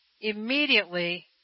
Immediately